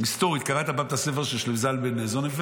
היסטורית, קראת פעם את הספר של זלמן זוננפלד?